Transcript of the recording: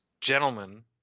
Gentlemen